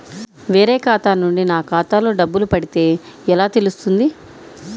వేరే ఖాతా నుండి నా ఖాతాలో డబ్బులు పడితే ఎలా తెలుస్తుంది?